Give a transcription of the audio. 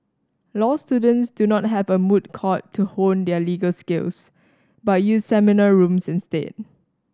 law students do not have a moot court to hone their legal skills but use seminar rooms instead